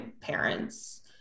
parents